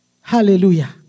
Hallelujah